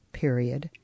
period